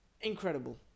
incredible